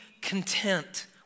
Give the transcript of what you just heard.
content